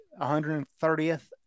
130th